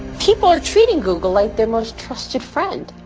people are treating google like their most trusted friend.